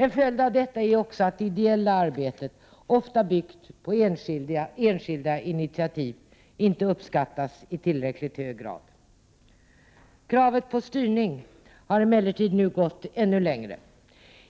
En följd av detta är också att det ideella arbetet, ofta byggt på enskilda initiativ, inte uppskattats i tillräckligt hög grad. Kravet på styrning har nu emellertid gått ännu längre.